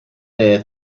there